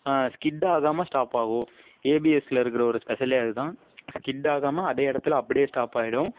skid ஆகாமல் stop ஆகும் ஏபிஎஸ்ஸில் இருக்கிற ஸ்பெஷல்லே அதுதான் ஸ்கிட் ஆகாமல் அதே இடத்துல அப்படியே ஸ்டாப் ஆகிடும்